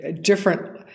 different